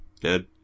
dead